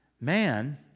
man